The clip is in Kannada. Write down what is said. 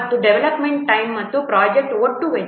ಮತ್ತು ಡೆವಲಪ್ಮೆಂಟ್ ಟೈಮ್ ಮತ್ತು ಪ್ರೊಜೆಕ್ಟ್ನ ಒಟ್ಟು ವೆಚ್ಚ